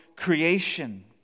creation